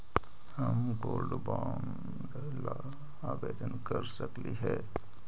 हम gold bond ला आवेदन कर सकली हे?